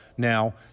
Now